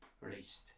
released